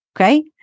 okay